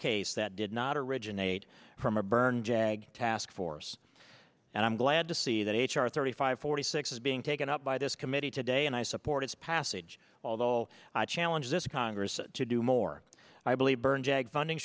case that did not originate from a burn jag taskforce and i'm glad to see that h r thirty five forty six is being taken up by this committee today and i support its passage although i challenge this congress to do more i believe burn jag funding